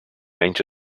menys